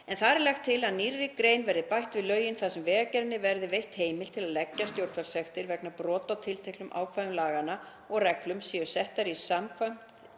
en þar er lagt til að nýrri grein verði bætt við lögin þar sem Vegagerðinni verði veitt heimild til að leggja á stjórnvaldssektir vegna brota á tilteknum ákvæðum laganna og reglum sem settar eru samkvæmt